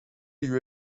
lui